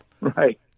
right